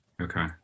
Okay